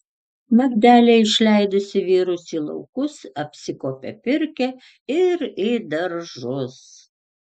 magdelė išleidusi vyrus į laukus apsikuopia pirkią ir į daržus